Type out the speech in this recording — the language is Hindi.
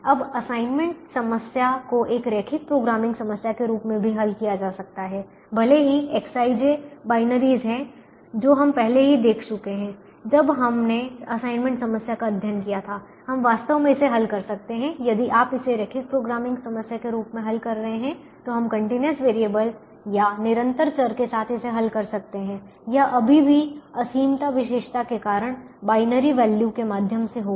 अब असाइनमेंट समस्या को एक रैखिक प्रोग्रामिंग समस्या के रूप में भी हल किया जा सकता है भले ही Xij बायनेरिज़ हैं जो हम पहले ही देख चुके हैं जब हमने असाइनमेंट समस्या का अध्ययन किया था हम वास्तव में इसे हल कर सकते हैं यदि आप इसे रैखिक प्रोग्रामिंग समस्या के रूप में हल कर रहे हैं तो हम कंटीन्यूअस वेरिएबल निरंतर चर के साथ इसे हल कर सकते हैं यह अभी भी असीमता विशेषता के कारण बाइनरी वैल्यू के माध्यम से होगा